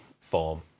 form